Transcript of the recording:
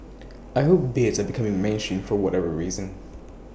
I hope beards are becoming mainstream for whatever reason